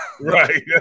Right